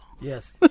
yes